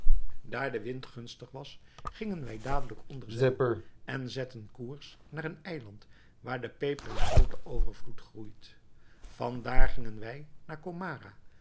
daar de wind gunstig was gingen wij dadelijk onder zeil en zetten koers naar een eiland waar de peper in grooten overvloed groeit van daar gingen wij naar comara